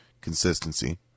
Consistency